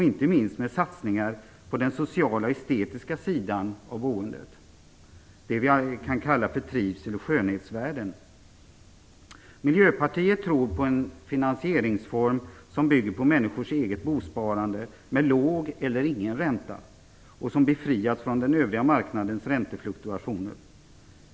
Inte minst bör satsningar göras på den sociala och estetiska sidan av boendet - det vi kan kalla för trivsel och skönhetsvärden. Miljöpartiet tror på en finansieringsform som bygger på människors eget bosparande med låg eller ingen ränta och som har befriats från den övriga marknadens räntefluktuationer.